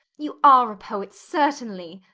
you are a poet, certainly.